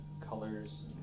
colors